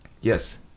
Yes